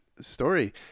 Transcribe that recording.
story